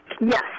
Yes